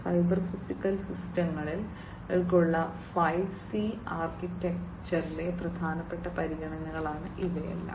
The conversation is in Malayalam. സൈബർ ഫിസിക്കൽ സിസ്റ്റങ്ങൾക്കായുള്ള 5C ആർക്കിടെക്ചറിലെ പ്രധാനപ്പെട്ട പരിഗണനകളാണ് ഇവയെല്ലാം